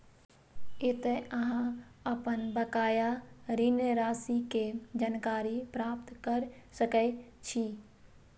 एतय अहां अपन बकाया ऋण राशि के जानकारी पता कैर सकै छी